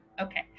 okay